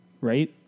right